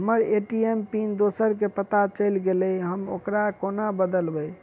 हम्मर ATM pin दोसर केँ पत्ता चलि गेलै, हम ओकरा कोना बदलबै?